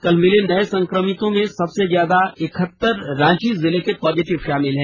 कल मिले नए संक्रमितों में सबसे ज्यादा इकहतर रांची जिले के पॉजिटिव शामिल हैं